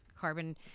carbon